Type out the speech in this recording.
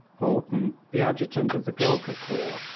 haughton, the adjutant of the goorkha corps,